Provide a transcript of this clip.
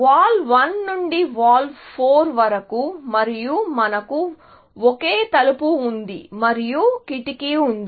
wall 1 నుండి wall 4 వరకు మరియు మనకు ఒకే తలుపు ఉంది మరియు కిటికీ ఉంది